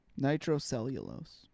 Nitrocellulose